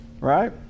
right